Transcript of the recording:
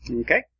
Okay